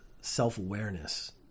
self-awareness